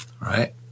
right